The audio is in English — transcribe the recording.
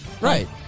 Right